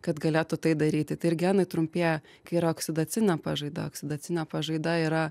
kad galėtų tai daryti tai ir genai trumpėja kai yra oksidacinė pažaida oksidacinė pažaida yra